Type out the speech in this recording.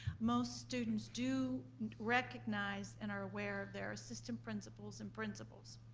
most students do recognize and are aware there are system principles and principals.